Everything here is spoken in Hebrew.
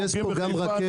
יש פה גם רכבת.